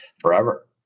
forever